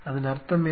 அதன் அர்த்தம் என்ன